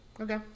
Okay